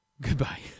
Goodbye